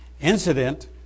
incident